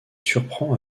surprend